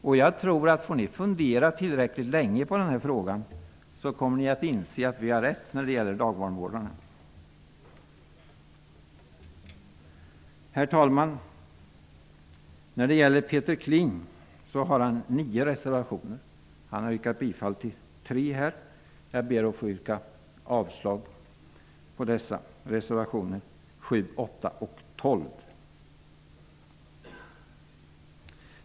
Om ni får fundera tillräckligt länge på den här frågan, kommer ni nog att inse att vi har rätt när det gäller dagbarnvårdarna. Herr talman! Peter Kling har avgett nio reservationer, varav han har yrkat bifall till tre. Jag ber att få yrka avslag på reservationerna 7, 8 och 12.